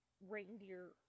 reindeer